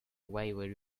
wayward